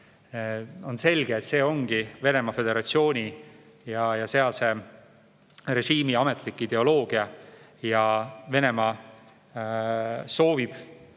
On selge, et see ongi Venemaa Föderatsiooni ja sealse režiimi ametlik ideoloogia ja Venemaa soovib